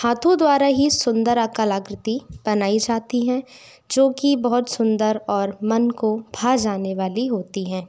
हाँथों द्वारा ही सुंदर कलाकृति बनाई जाती हैं जो कि बहुत सुंदर और मन को भा जाने वाली होती हैं